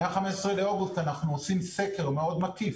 מה-15 באוגוסט אנחנו עושים סקר מאוד מקיף